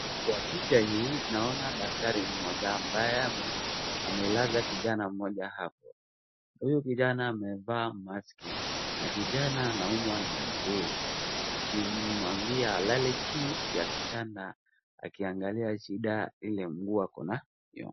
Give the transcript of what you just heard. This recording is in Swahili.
Kwa picha hii naona dakitari mmoja ambaye amelaza kijana mmoja hapo. Huyu kijana amevaa maski na Kijana anaumwa na mguu. Akimwambia alale chini ya kitanda akiangalia shida ya nguo akonayo.